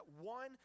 one